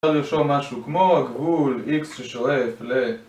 אפשר לרשום משהו כמו הגבול x ששואף ל...